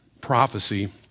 prophecy